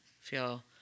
feel